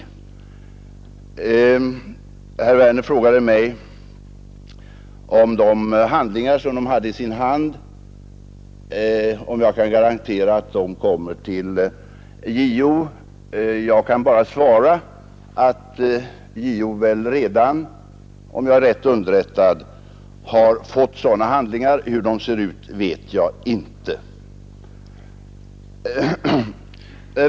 Herr Werner i Tyresö frågade mig om jag kan garantera att de handlingar som de hade i sin hand kommer till JO. Jag kan bara svara att JO redan, om jag är rätt underrättad, har fått sådana handlingar; hur de ser ut vet jag inte.